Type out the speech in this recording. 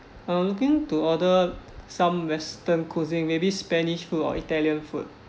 I'm looking to order some western cuisine maybe spanish food or italian food